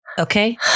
Okay